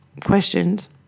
questions